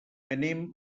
anem